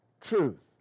truth